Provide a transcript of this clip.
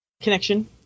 Connection